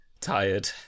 tired